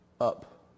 up